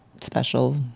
special